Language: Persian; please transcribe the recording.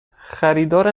خریدار